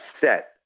set